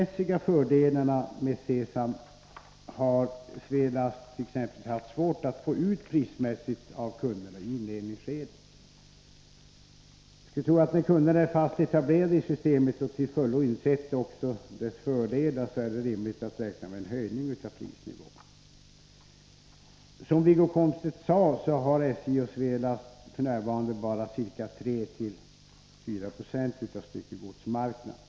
Svelast har t.ex. haft svårt att i inledningsskedet prismässigt få ut de kvalitetsmässiga fördelarna med C-sam av kunderna. Jag skulle tro att det är rimligt att räkna med en höjning av prisnivån när kunderna är fast etablerade i systemet och till fullo insett dess fördelar. Som Wiggo Komstedt sade har SJ och Svelast f. n. bara ca 3-4 20 av styckegodsmarknaden.